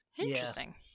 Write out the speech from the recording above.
Interesting